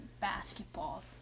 basketball